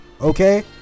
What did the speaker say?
Okay